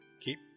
keep